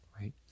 right